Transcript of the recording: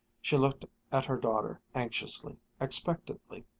she looked at her daughter anxiously, expectantly,